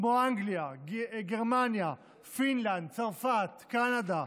כמו אנגליה, גרמניה, פינלנד, צרפת, קנדה,